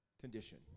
condition